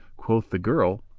quoth the girl,